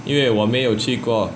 因为我没有去过